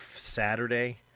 Saturday